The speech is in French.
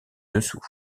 dessous